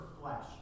flesh